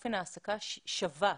אופן העסקה שווה,